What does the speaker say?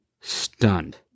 stunned